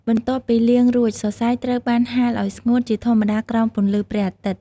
បន្ទាប់ពីលាងរួច សរសៃត្រូវបាន ហាលឱ្យស្ងួត ជាធម្មតាក្រោមពន្លឺព្រះអាទិត្យ។